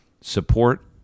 support